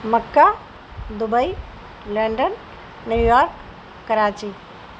mecca Dubai London New York Karachi